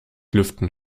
lüften